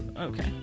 okay